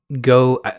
go